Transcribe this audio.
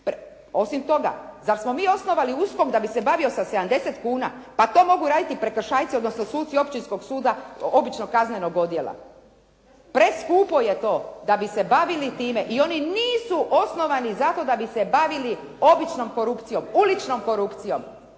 Osim toga, zar smo mi osnovali USKOK da bi se bavio sa 70 kuna? Pa to mogu raditi prekršajci, odnosno suci općinskog suda običnog kaznenog odjela. Preskupo je to da bi se bavili time i oni nisu osnovani zato da bi se bavili običnom korupcijom, uličnom korupcijom,